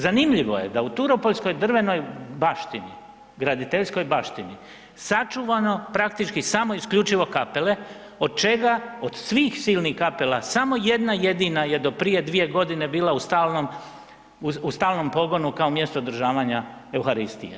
Zanimljivo je da u turopoljskoj drvenoj baštini, graditeljskoj baštini, sačuvamo praktički samo i isključivo kapele od čega od svih silnih kapela samo jedna jedina je do prije dvije godine bila u stalnom, u stalnom pogonu kao mjesto održavanja Euharistije.